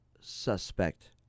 suspect